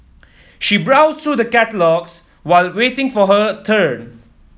she browsed through the catalogues while waiting for her turn